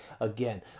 again